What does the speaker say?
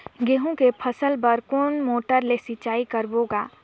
गहूं कर फसल बर कोन मोटर ले सिंचाई करबो गा?